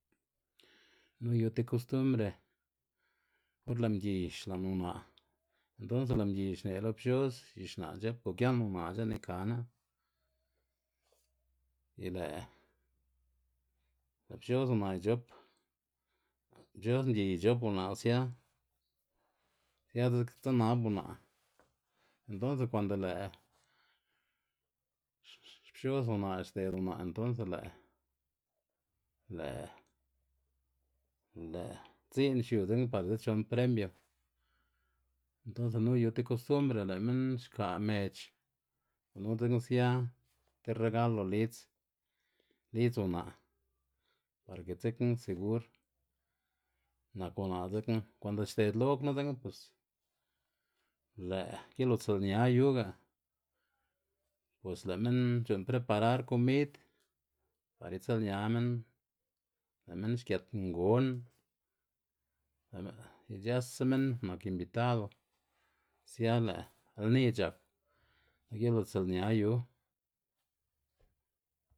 Nu yu ti kostumbre or lë' mgiy xla'n una' entonse lë' mgiy xne' lo pxos y xna' c̲h̲ëp gugian una' c̲h̲e'n ikaná, y lë' lë' pxos una' ic̲h̲op pxos mgiy ic̲h̲op una' sia sia dze- dzenab una' entonse kwando lë' pxos una' xde'd unaꞌ entonse lë' lë' lë' dzi'n xiu dzekna par dzechon premio entonse nu yu ti kostrumbre lë' minn xka' mec̲h̲ gunu dzekna sia ti regalo lidz lidz una' parke dzekna segur nak una' dzekna, konde xded lo knu dzekna bos lë' gilutsiꞌlña yuga bos lë' minn c̲h̲u'nn preparar komid par itsiꞌlña minn, lë' minn xgët ngon lë' ic̲h̲ësa minn nak inbitado sia lë' lni c̲h̲ak lë' gilutsiꞌlña yu.